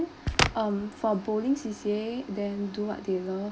um for bowling C_C_A then do what they love